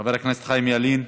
חבר הכנסת חיים ילין,